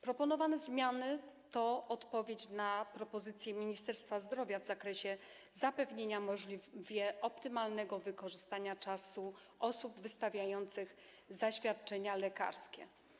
Proponowane zmiany stanowią odpowiedź na propozycję Ministerstwa Zdrowia dotyczącą zapewnienia możliwie optymalnego wykorzystania czasu osób wystawiających zaświadczenia lekarskie.